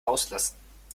rauslassen